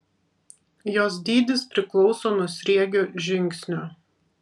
jos dydis priklauso nuo sriegio žingsnio